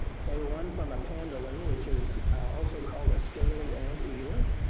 say one from a pendolin, which is also called a scaly anteater,